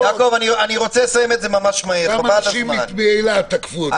גם אנשים באילת תקפו אותי.